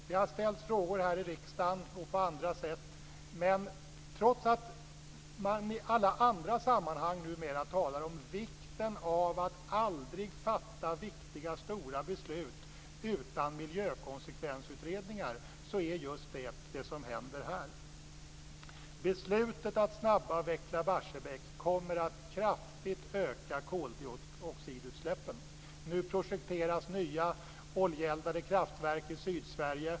Det har ställts frågor här i riksdagen och på andra sätt, men trots att man i alla andra sammanhang numera talar om vikten av att aldrig fatta viktiga och stora beslut utan miljökonsekvensutredningar är det just detta som händer här. Beslutet att snabbavveckla Barsebäck kommer att kraftigt öka koldioxidutsläppen. Nu projekteras nya oljeeldade kraftverk i Sydsverige.